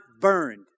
burned